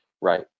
Right